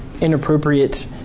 inappropriate